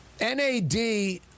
NAD